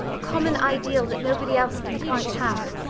a common ideal, that nobody else can quite have.